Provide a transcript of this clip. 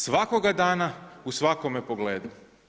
Svakoga dana u svakome pogledu.